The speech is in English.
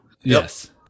yes